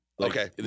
Okay